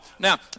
Now